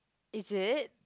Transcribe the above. is it